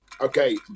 Okay